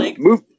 move